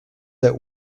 that